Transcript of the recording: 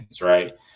right